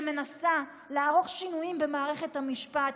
שמנסה לערוך שינויים במערכת המשפט.